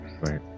right